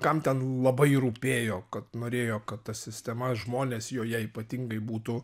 kam ten labai rūpėjo kad norėjo kad ta sistema žmonės joje ypatingai būtų